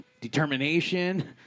determination